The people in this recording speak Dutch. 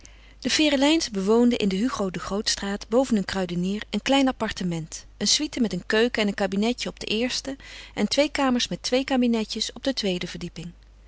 de ferelijns bewoonden in de hugo de grootstraat boven een kruidenier een klein appartement een suite met een keuken en een kabinetje op de eerste en twee kamers met twee kabinetjes op de tweede verdieping